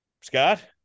Scott